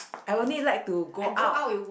I only like to go out